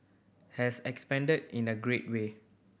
has expanded in a great way